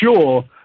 sure